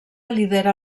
lidera